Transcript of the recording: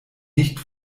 nicht